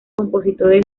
compositores